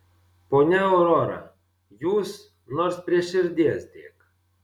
ponia aurora jūs nors prie širdies dėk